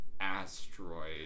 Asteroid